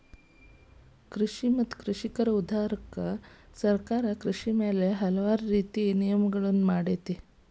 ಕೃಷಿ ಮತ್ತ ಕೃಷಿಕರ ಉದ್ಧಾರಕ್ಕಾಗಿ ಸರ್ಕಾರ ಕೃಷಿ ಮ್ಯಾಲ ಹಲವಾರು ನೇತಿ ನಿಯಮಗಳನ್ನಾ ಮಾಡಿದೆ